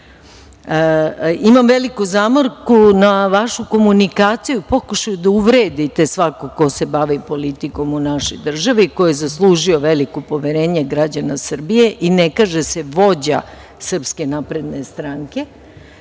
veliku zamerku na vašu komunikaciju i pokušaj da uvredite svakog ko se bavi politikom u našoj državi i ko je zaslužio veliko poverenje građana Srbije i ne kaže se vođa Srpske napredne stranke,